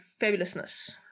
fabulousness